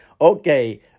Okay